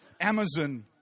Amazon